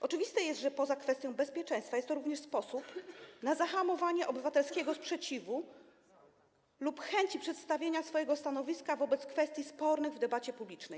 Oczywiste jest, że poza kwestią zapewnienia bezpieczeństwa jest to również sposób na zahamowanie obywatelskiego sprzeciwu lub prób przedstawienia swojego stanowiska wobec kwestii spornych w debacie publicznej.